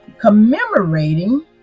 commemorating